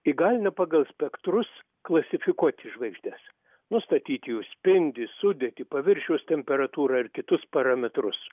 įgalina pagal spektrus klasifikuoti žvaigždes nustatyti jų spindį sudėtį paviršiaus temperatūrą ir kitus parametrus